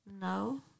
No